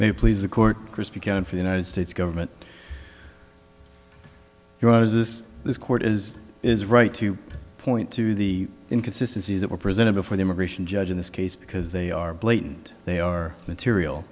may please the court christiane for the united states government grows this this court is is right to point to the inconsistency that were presented before the immigration judge in this case because they are blatant they are material